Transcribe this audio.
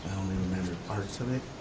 only remember parts of it,